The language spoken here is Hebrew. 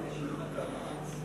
ומשוחררים על-תנאי ממאסר (הוראת שעה) (תיקון מס'